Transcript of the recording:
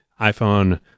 iPhone